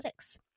Analytics